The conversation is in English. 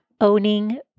owning